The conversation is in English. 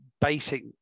basic